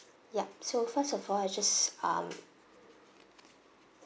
yup so first of all I just um